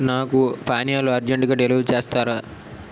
నాకు పానీయాలు అర్జంటుగా డెలివర్ చేస్తారా